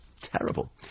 Terrible